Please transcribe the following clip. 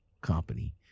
company